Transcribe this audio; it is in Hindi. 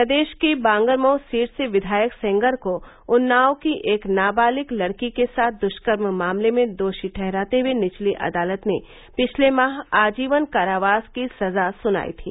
प्रदेश की बांगरमऊ सीट से विघायक सेंगर को उन्नाव की एक नावालिग लड़की के साथ दुष्कर्म मामले में दोषी ठहराते हुए निचली अदालत ने पिछले माह आजीवन कारावास की सजा सुनाई थी